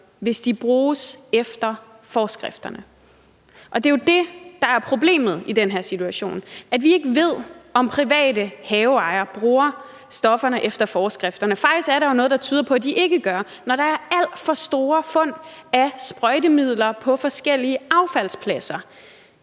hvis de bruges efter forskrifterne. Det er jo det, der er problemet i den her situation, altså at vi ikke ved, om private haveejere bruger stofferne efter forskrifterne. Faktisk er der jo noget, der tyder på, at de ikke gør det, når der er alt for store fund af sprøjtemidler på forskellige affaldspladser.